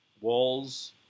walls